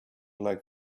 like